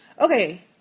Okay